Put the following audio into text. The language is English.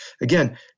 again